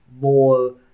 more